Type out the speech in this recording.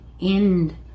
end